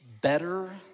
better